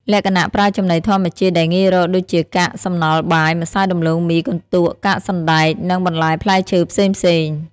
លក្ខណៈ ប្រើចំណីធម្មជាតិដែលងាយរក ដូចជា កាកសំណល់បាយ ម្សៅដំឡូងមី កន្ទក់ កាកសណ្ដែក និងបន្លែផ្លែឈើផ្សេងៗ។